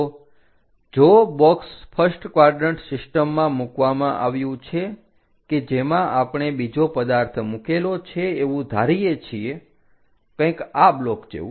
તો જો box first quadrant સિસ્ટમમાં મૂકવામાં આવ્યું છે કે જેમાં આપણે બીજો પદાર્થ મૂકેલો છે એવું ધારીએ છીએ કંઈક આ બ્લોક જેવુ